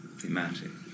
thematic